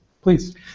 Please